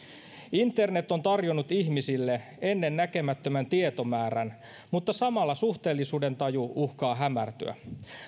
internet on tarjonnut ihmisille ennennäkemättömän tietomäärän mutta samalla suhteellisuudentaju uhkaa hämärtyä